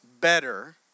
better